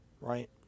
right